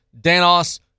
Danos